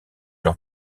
leur